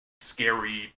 scary